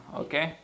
okay